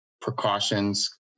precautions